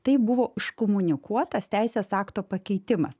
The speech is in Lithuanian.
taip buvo iškomunikuotas teisės akto pakeitimas